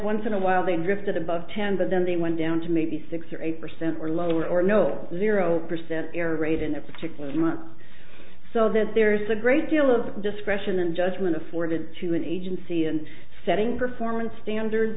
once in a while they drifted above ten but then they went down to maybe six or eight percent or lower or no zero percent error rate in a particular month so that there's a great deal of discretion and judgment afforded to an agency and setting performance standards